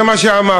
זה מה שאמרת.